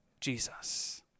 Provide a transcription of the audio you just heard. Jesus